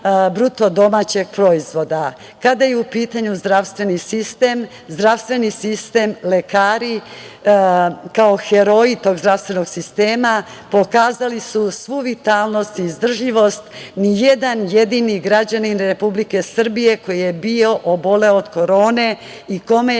najmanji pad BDP.Kada je u pitanju zdravstveni sistem, lekari kao heroji tog zdravstvenog sistema pokazali su svu vitalnost i izdržljivost, ni jedan jedini građanin Republike Srbije koji je oboleo od korone i kome je